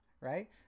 right